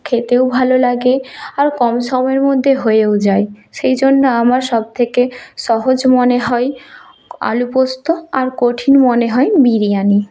খেতেও ভালো লাগে আর কম সময়ের মধ্যে হয়েও যায় সেই জন্য আমার সব থেকে সহজ মনে হয় আলু পোস্ত আর কঠিন মনে হয় বিরিয়ানি